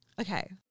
Okay